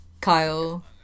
Kyle